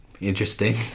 interesting